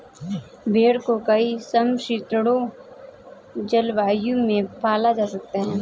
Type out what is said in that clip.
भेड़ को कई समशीतोष्ण जलवायु में पाला जा सकता है